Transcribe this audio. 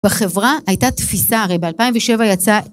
בחברה הייתה תפיסה, הרי ב-2007 יצא